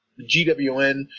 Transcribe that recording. gwn